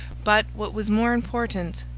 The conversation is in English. but, what was more important,